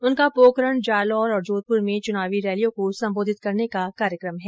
उनका पोकरण जालोर और जोधपुर में चुनावी रैलियों को संबोधित करने का कार्यक्रम है